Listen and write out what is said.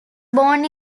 born